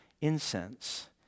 incense